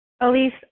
Elise